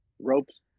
Ropes